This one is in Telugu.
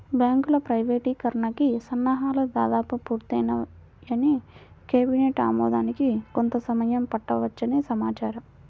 బ్యాంకుల ప్రైవేటీకరణకి సన్నాహాలు దాదాపు పూర్తయ్యాయని, కేబినెట్ ఆమోదానికి కొంత సమయం పట్టవచ్చని సమాచారం